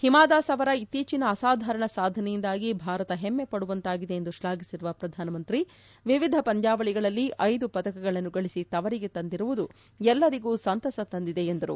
ಹಿಮಾದಾಸ್ ಅವರ ಇತ್ತೀಚನ ಅಸಾಧಾರಣ ಸಾಧನೆಯಿಂದಾಗಿ ಭಾರತ ಹೆಮ್ಮಪಡುವಂತಾಗಿದೆ ಎಂದು ಶ್ಲಾಭಿಸಿರುವ ಪ್ರಧಾನಮಂತ್ರಿ ವಿವಿಧ ಪಂದ್ಯಾವಳಿಗಳಲ್ಲಿ ಐದು ಪದಕಗಳನ್ನು ಗಳಿಸಿ ತವರಿಗೆ ತಂದಿರುವುದು ಎಲ್ಲರಿಗೂ ಸಂತಸ ತಂದಿದೆ ಎಂದರು